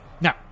Now